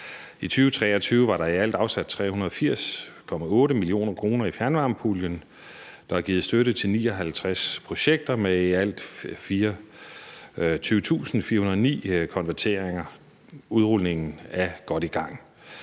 I 2023 kr. var der i alt afsat 380,8 mio. kr. i fjernvarmepuljen. Der er givet støtte til 59 projekter med i alt 24.409 konverteringer. Udrulningen er godt i gang.